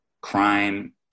crime